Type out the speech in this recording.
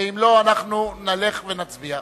ואם לא, נלך ונצביע.